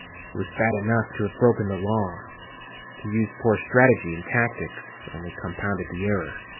it was bad enough to have broken the law to use poor strategy and tactics only compounded the error.